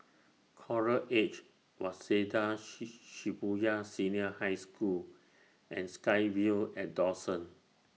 Coral Edge Waseda Shibuya Senior High School and SkyVille At Dawson